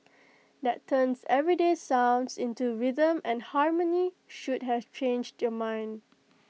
that turns everyday sounds into rhythm and harmony should have changed your mind